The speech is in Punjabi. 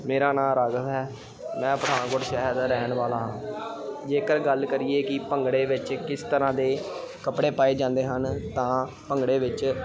ਮੇਰਾ ਨਾਂ ਰਾਘਵ ਹੈ ਮੈਂ ਪਠਾਨਕੋਟ ਸ਼ਹਿਰ ਦਾ ਰਹਿਣ ਵਾਲਾ ਹਾਂ ਜੇਕਰ ਗੱਲ ਕਰੀਏ ਕਿ ਭੰਗੜੇ ਵਿੱਚ ਕਿਸ ਤਰ੍ਹਾਂ ਦੇ ਕੱਪੜੇ ਪਾਏ ਜਾਂਦੇ ਹਨ ਤਾਂ ਭੰਗੜੇ ਵਿੱਚ